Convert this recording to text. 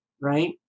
Right